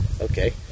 Okay